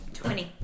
twenty